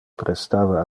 prestava